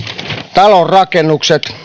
talonrakennukset